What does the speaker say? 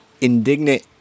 indignant